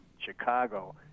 Chicago